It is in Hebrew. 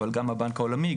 אבל גם הבנק העולמי,